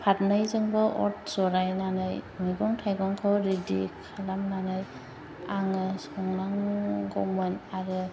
फारनैजोंबो अर जरायनानै मैगं थायगंखौ रेडि खालामनानै आङो संनांगौमोन आरो